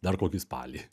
dar kokį spalį